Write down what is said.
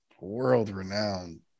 world-renowned